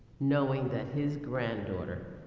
knowing that his granddaughter